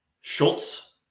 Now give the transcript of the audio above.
Schultz